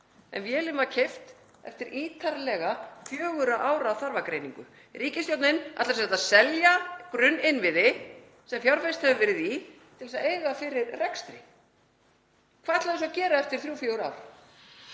en vélin var keypt eftir ítarlega fjögurra ára þarfagreiningu. Ríkisstjórnin ætlar sem sagt að selja grunninnviði sem fjárfest hefur verið í til að eiga fyrir rekstri. Hvað ætla þau að gera eftir þrjú, fjögur ár?